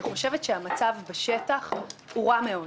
אני חושבת שהמצב בשטח רע מאוד.